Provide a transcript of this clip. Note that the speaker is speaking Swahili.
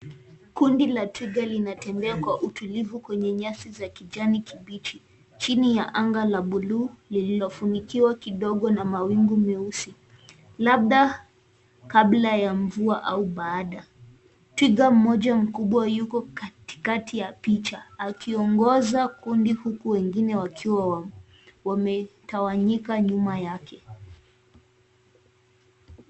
Kundi la twiga linatembea kwa utulivu kwenye nyasi za kijani kibichi, chini ya anga la blue lililofunikwa kidogo na mawingu meusi. Labda kabla ya mvua au baada. Twiga mmoja mkubwa yuko katikati ya picha, akiongoza kundi huku wengine wakiwa wametawanyika nyuma yake.